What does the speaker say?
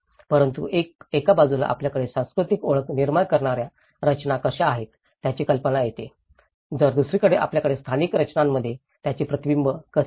परंतु एका बाजूला आपल्याकडे सांस्कृतिक ओळख निर्माण करणार्या रचना कशा आहेत याची कल्पना येईल तर दुसरीकडे आपल्याकडे स्थानिक संरचनांमध्ये त्याचे प्रतिबिंब कसे आहे